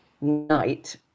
night